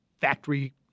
factory